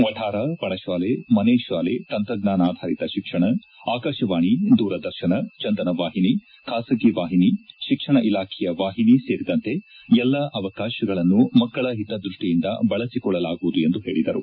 ವಕಾರ ಪಡಶಾಲೆ ಮನೆಶಾಲೆ ತಂತ್ರಜ್ಞಾನಾಧರಿತ ಶಿಕ್ಷಣ ಆಕಾಶವಾಣಿ ದೂರದರ್ಶನ ಚಂದನ ವಾಹಿನಿ ಖಾಸಗಿ ವಾಹಿನಿ ಶಿಕ್ಷಣ ಇಲಾಖೆಯ ವಾಹಿನಿ ಸೇರಿದಂತೆ ಎಲ್ಲಾ ಅವಕಾಶಗಳನ್ನು ಮಕ್ಕಳ ಹಿತದ್ವಷ್ಷಿಯಿಂದ ಬಳಸಿಕೊಳ್ಳಲಾಗುವುದು ಎಂದು ಹೇಳಿದರು